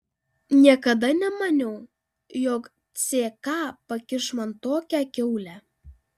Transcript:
niekada nemaniau jog ck pakiš man tokią kiaulę